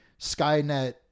Skynet